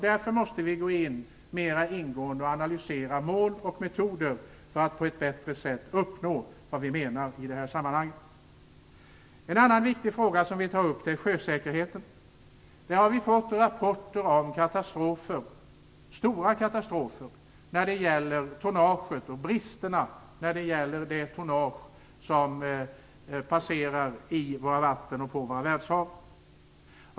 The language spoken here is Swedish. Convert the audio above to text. Därför måste vi gå in mer ingående och analysera mål och metoder för att se hur vi bättre skall kunna uppnå vad vi eftersträvar i det här sammanhanget. En annan viktig fråga som vi tar upp är sjösäkerheten. Vi har fått rapporter om katastrofer, stora katastrofer, när det gäller tonnaget som passerar i våra vatten och på våra världshav.